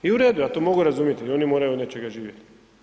I u redu, ja to mogu razumjeti, i oni moraju od nečega živjeti.